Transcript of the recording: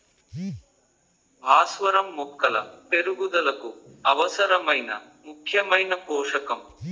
భాస్వరం మొక్కల పెరుగుదలకు అవసరమైన ముఖ్యమైన పోషకం